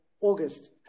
August